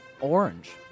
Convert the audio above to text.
Orange